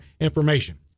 information